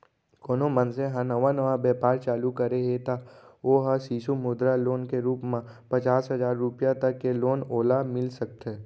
कोनो मनसे ह नवा नवा बेपार चालू करे हे त ओ ह सिसु मुद्रा लोन के रुप म पचास हजार रुपया तक के लोन ओला मिल सकथे